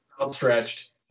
outstretched